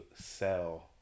sell